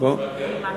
חבר הכנסת מקלב,